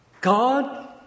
God